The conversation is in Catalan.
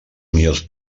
millors